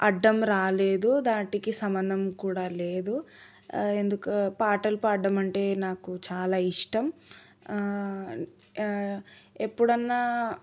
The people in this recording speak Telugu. అడ్డం రాలేదు దానికి సంబంధం కూడా లేదు ఎందుకు పాటలు పాడడం అంటే నాకు చాలా ఇష్టం ఎప్పుడన్నా